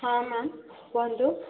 ହଁ ମ୍ୟାମ୍ କୁହନ୍ତୁ